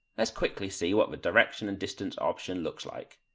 let's quickly see what the direction and distance option looks like.